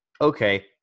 okay